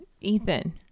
Ethan